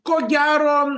ko gero